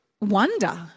wonder